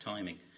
Timing